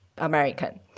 American